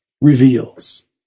reveals